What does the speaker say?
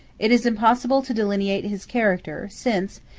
it is impossible to delineate his character since,